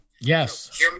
Yes